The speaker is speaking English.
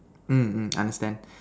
mm mm understand